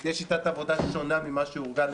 -- תהיה שיטת עבודה שונה ממה שהורגלנו בעבר.